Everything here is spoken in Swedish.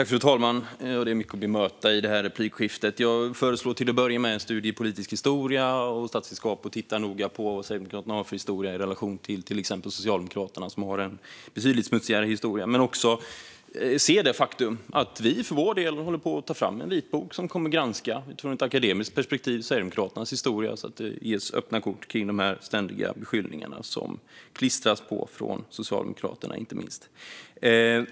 Fru talman! Det är mycket att bemöta i det här replikskiftet. Jag föreslår till att börja med en studie i politisk historia och statsvetenskap. Titta då noga på vad Sverigedemokraterna har för historia i relation till exempelvis Socialdemokraterna, som har en betydligt smutsigare historia. Men se också det faktum att vi för vår del håller på att ta fram en vitbok som från ett akademiskt perspektiv kommer att granska Sverigedemokraternas historia så att det ges öppna kort kring de här ständiga beskyllningarna som klistras på oss, inte minst från Socialdemokraterna.